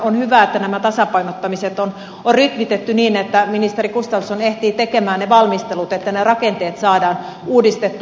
on hyvä että nämä tasapainottamiset on rytmitetty niin että ministeri gustafsson ehtii tekemään valmistelut että ne rakenteet saadaan uudistettua